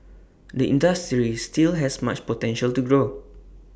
the industry still has much potential to grow